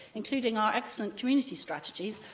including our excellent community strategies,